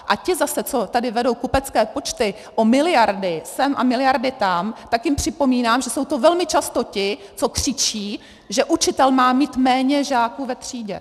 A ti zase, co tady vedou kupecké počty o miliardy sem a miliardy tam, tak jim připomínám, že jsou to velmi často ti, co křičí, že učitel má mít méně žáků ve třídě.